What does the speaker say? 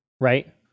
Right